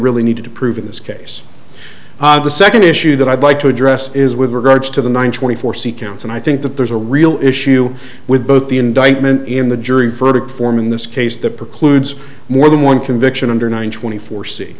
really need to prove in this case the second issue that i'd like to address is with regards to the one twenty four c counts and i think that there's a real issue with both the indictment in the jury verdict form in this case that precludes more than one conviction under one twenty fo